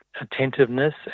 attentiveness